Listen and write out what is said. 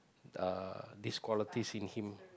uh this qualities in him